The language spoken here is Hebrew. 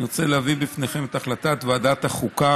אני רוצה להביא בפניכם את החלטת ועדת החוקה,